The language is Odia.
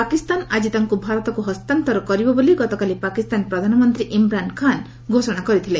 ପାକିସ୍ତାନ ଆଜି ତାଙ୍କୁ ଭାରତକୁ ହସ୍ତାନ୍ତର କରିବ ବୋଲି ଗତକାଲି ପାକିସ୍ତାନ ପ୍ରଧାନମନ୍ତୀ ଇମ୍ରାନ ଖାଁ ଘୋଷଣା କରିଥିଲେ